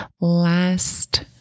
last